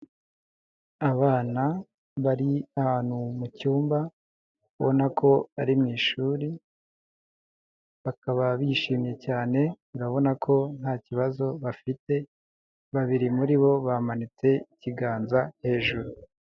Abana bari ahantu mu cyumba, ubona ko ari mu ishuri, bakaba bishimye cyane, urabona ko nta kibazo bafite, babiri muri bo bamanitse ikiganza hejuru.